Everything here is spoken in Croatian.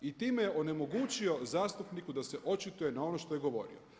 I time je onemogućio zastupniku da se očituje na ono što je govorio.